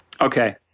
Okay